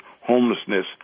homelessness